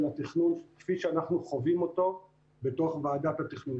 התכנון כפי שאנחנו חווים אותו בתוך ועדת התכנון.